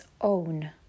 own